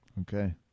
Okay